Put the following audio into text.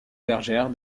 bergère